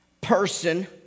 person